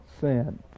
sin